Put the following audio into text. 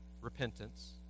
repentance